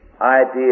idea